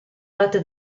date